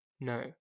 no